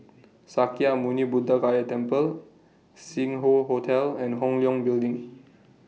Sakya Muni Buddha Gaya Temple Sing Hoe Hotel and Hong Leong Building